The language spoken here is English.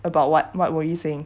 about what what were you saying